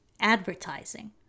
advertising